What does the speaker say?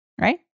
Right